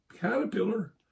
caterpillar